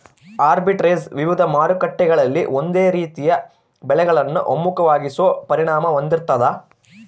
arbitrage ವಿವಿಧ ಮಾರುಕಟ್ಟೆಗಳಲ್ಲಿ ಒಂದೇ ರೀತಿಯ ಬೆಲೆಗಳನ್ನು ಒಮ್ಮುಖವಾಗಿಸೋ ಪರಿಣಾಮ ಹೊಂದಿರ್ತಾದ